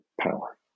power